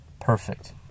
Perfect